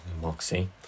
Moxie